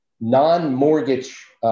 non-mortgage